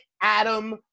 Adam